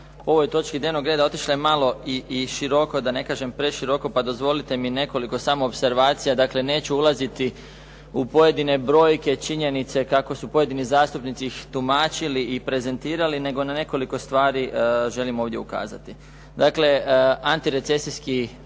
ovoj točki dnevnog reda otišla je malo i široko, da ne kažem preširoko, pa dozvolite mi nekoliko samo opservacija. Dakle, neću ulaziti u pojedine brojke, činjenice kako su pojedini zastupnici ih tumačili i prezentirali, nego na nekoliko stvari želim ovdje ukazati. Dakle, antirecesijski